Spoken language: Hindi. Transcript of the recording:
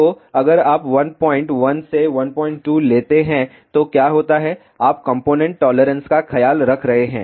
तो अगर आप 11 से 12 लेते हैं तो क्या होता है आप कंपोनेंट टॉलरेंस का ख्याल रख रहे हैं